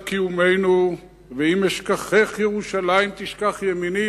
קיומנו" ו"אם אשכחך ירושלים תשכח ימיני",